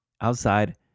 outside